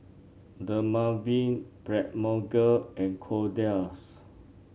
Dermaveen Blephagel and Kordel's